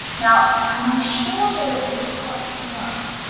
now am i sure that it will be hot tomorrow?